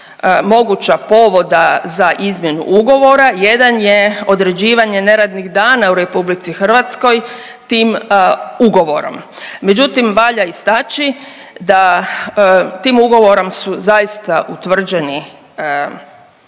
moguća povoda za izmjenu ugovora, jedan je određivanje neradnih dana u RH tim ugovorom. Međutim valja istaći da tim ugovorom su zaista utvrđeni